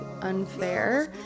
unfair